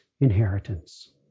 inheritance